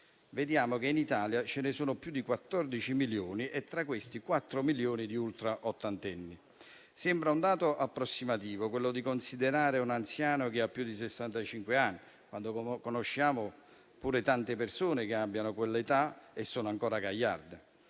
vediamo che in Italia ce ne sono più di 14 milioni, e tra questi quattro milioni di ultraottantenni. Sembra un dato approssimativo quello di considerare anziano chi ha più di sessantacinque anni, quando conosciamo tante persone che hanno quell'età e sono ancora gagliarde.